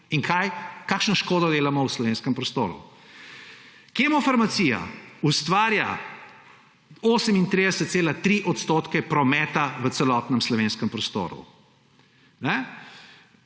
in kakšno škodo delamo v slovenskem prostoru. Kemofarmacija ustvarja 38,3 % prometa v celotnem slovenskem prostoru.